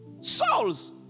Souls